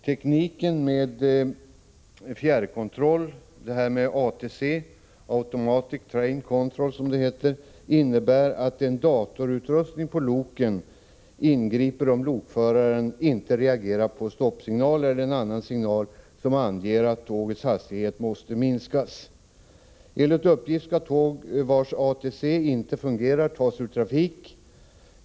Tekniken med fjärrkontroll ATC, Automatic Train Control, som det heter, innebär att en datorutrustning på loken ingriper om lokföraren inte reagerat på stoppsignalen eller annan signal som anger att tågets hastighet måste minskas. Enligt uppgift skall tåg vilkas ATC inte fungerar tas ur trafik.